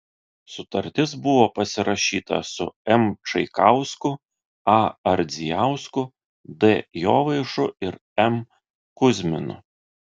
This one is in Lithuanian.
sutartis buvo pasirašyta su m čaikausku a ardzijausku d jovaišu ir m kuzminu